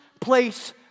place